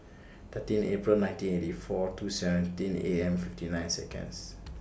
thirteen April nineteen eighty four two seventeen A M fifty nine Seconds